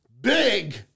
big